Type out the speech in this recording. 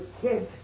kids